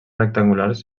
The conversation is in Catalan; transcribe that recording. rectangulars